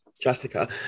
Jessica